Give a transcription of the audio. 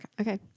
Okay